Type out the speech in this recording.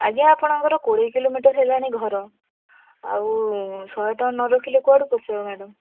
ଆଜ୍ଞା ଆପଣଙ୍କର କୋଡ଼ିଏ କିଲୋମିଟର୍ ହେଲାଣି ଘର ଆଉ ଶହେ ଟଙ୍କା ନରଖିଲେ କୁଆଡ଼ୁ ପୋଷେଇବ ମ୍ୟାଡ଼ାମ